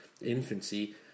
infancy